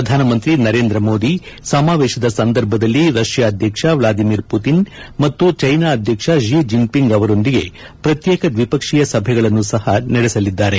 ಪ್ರಧಾನಮಂತ್ರಿ ನರೇಂದ್ರ ಮೋದಿ ಸಮಾವೇಶದ ಸಂದರ್ಭದಲ್ಲಿ ರಷ್ಯಾ ಅಧ್ಯಕ್ಷ ವ್ಲಾದಿಮೀರ್ ಪುತಿನ್ ಮತ್ತು ಚೀನಾ ಅಧ್ಯಕ್ಷ ಶಿ ಜಿನ್ಪಿಂಗ್ ಅವರೊಂದಿಗೆ ಪ್ರತ್ಯೇಕ ದ್ವಿಪಕ್ಷೀಯ ಸಭೆಗಳನ್ನು ಸಹ ನಡೆಸಲಿದ್ದಾರೆ